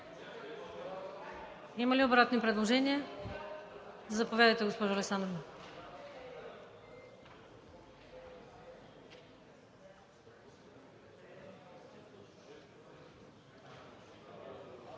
Има ли обратни предложения? Заповядайте, госпожо Александрова.